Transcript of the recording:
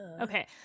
Okay